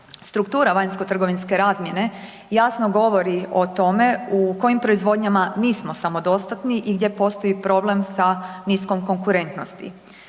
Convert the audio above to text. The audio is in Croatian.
Struktura vanjsko-trgovinske razmjene jasno govori o tome u kojem proizvodnjama nismo samodostatni i gdje postoji problem sa niskom konkurentnosti.